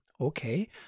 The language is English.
okay